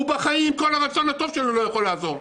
עם כל הרצון הטוב שלו הוא לא יכול לעזור.